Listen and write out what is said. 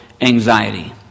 anxiety